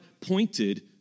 pointed